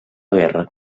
guerra